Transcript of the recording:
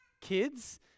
kids